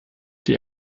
die